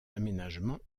aménagement